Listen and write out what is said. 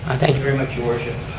and thank you very much your worship.